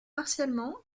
partiellement